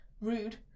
rude